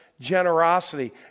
generosity